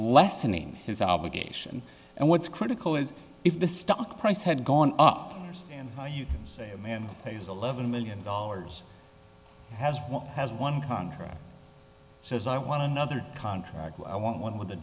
lessening his obligation and what's critical is if the stock price had gone up and you say a man has eleven million dollars has has one contract says i want another contract i want one with a